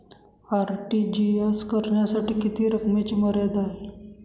RTGS करण्यासाठी किती रकमेची मर्यादा आहे?